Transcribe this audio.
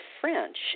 French